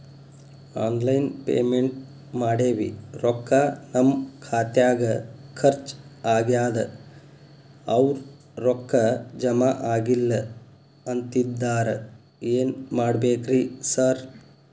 Online payment ಮಾಡೇವಿ ರೊಕ್ಕಾ ನಮ್ ಖಾತ್ಯಾಗ ಖರ್ಚ್ ಆಗ್ಯಾದ ಅವ್ರ್ ರೊಕ್ಕ ಜಮಾ ಆಗಿಲ್ಲ ಅಂತಿದ್ದಾರ ಏನ್ ಮಾಡ್ಬೇಕ್ರಿ ಸರ್?